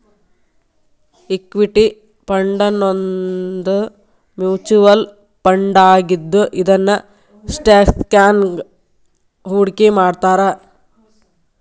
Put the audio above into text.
equity ಫಂಡನ್ನೋದು mutual ಫಂಡಾಗಿದ್ದು ಇದನ್ನ ಸ್ಟಾಕ್ಸ್ನ್ಯಾಗ್ ಹೂಡ್ಕಿಮಾಡ್ತಾರ